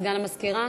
סגן המזכירה,